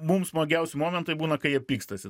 mum smagiausi momentai būna kai jie pykstasi